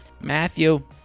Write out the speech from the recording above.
Matthew